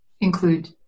include